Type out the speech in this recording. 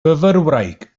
fyfyrwraig